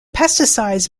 pesticides